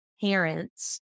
parents